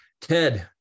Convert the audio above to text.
Ted